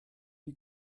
die